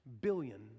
billion